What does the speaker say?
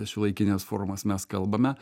šiuolaikines formas mes kalbame